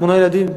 שמונה ילדים.